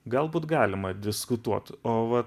galbūt galima diskutuot o va